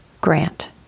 Grant